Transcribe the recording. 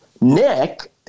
Nick